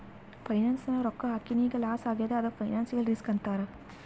finance ನಾಗ್ ರೊಕ್ಕಾ ಹಾಕಿನ್ ಈಗ್ ಲಾಸ್ ಆಗ್ಯಾದ್ ಅದ್ದುಕ್ ಫೈನಾನ್ಸಿಯಲ್ ರಿಸ್ಕ್ ಅಂತಾರ್